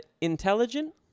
intelligent